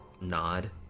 nod